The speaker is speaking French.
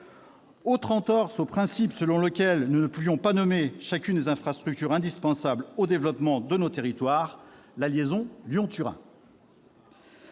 autre entorse au principe selon lequel nous ne pouvions pas nommer chacune des infrastructures indispensables au développement de nos territoires : la liaison Lyon-Turin.